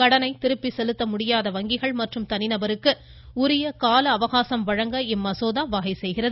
கடனை திருப்பி செலுத்த முடியாத வங்கிகள் மற்றும் தனிநபருக்கு உரிய கால அவகாசம் வழங்க இம்மசோதா வகை செய்கிறது